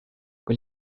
kui